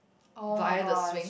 oh-my-gosh